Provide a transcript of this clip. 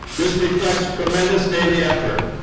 this reflects tremendous daily effort.